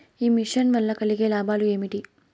ఈ మిషన్ వల్ల కలిగే లాభాలు ఏమిటి?